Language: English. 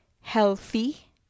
healthy